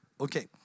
Okay